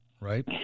right